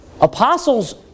Apostles